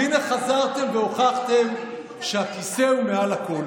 והינה, חזרתם והוכחתם שהכיסא הוא מעל הכול: